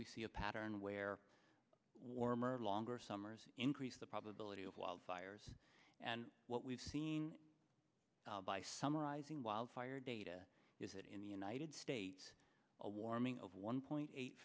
we see a pattern where warmer longer summers increase the probability of wildfires and what we've seen by summarising wildfire data is that in the united states a warming of one point eight